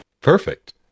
perfect